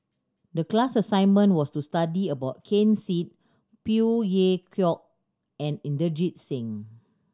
the class assignment was to study about Ken Seet Phey Yew Kok and Inderjit Singh